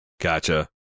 Gotcha